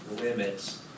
limits